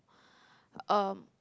um